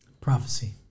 Prophecy